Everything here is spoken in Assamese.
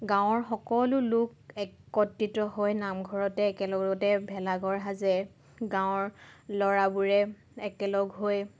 গাঁৱৰ সকলো লোক একত্ৰিত হৈ নামঘৰতে একেলগতে ভেলাঘৰ সাজে গাঁৱৰ ল'ৰাবোৰে একেলগ হৈ